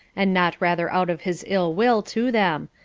and not rather out of his ill-will to them,